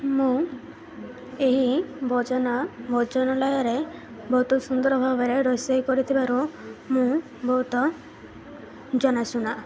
ମୁଁ ଏହି ଭୋଜନା ଭୋଜନାଳୟରେ ବହୁତ ସୁନ୍ଦର ଭାବରେ ରୋଷେଇ କରିଥିବାରୁ ମୁଁ ବହୁତ ଜଣାଶୁଣା